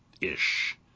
ish